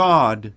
God